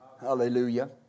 Hallelujah